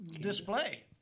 display